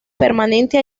permanente